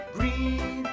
Green